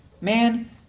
Man